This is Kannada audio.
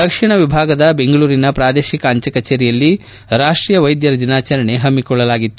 ದಕ್ಷಿಣ ವಿಭಾಗದ ಬೆಂಗಳೂರಿನ ಪ್ರಾದೇಶಿಕ ಅಂಚೆ ಕಚೇರಿಯಲ್ಲಿ ರಾಷ್ಷೀಯ ವೈದ್ಯರ ದಿನಾಚರಣೆ ಹಮ್ಮಿಕೊಳ್ಳಲಾಗಿತ್ತು